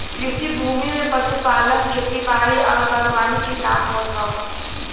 कृषि भूमि में पशुपालन, खेती बारी आउर बागवानी के काम होत हौ